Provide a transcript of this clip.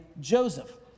joseph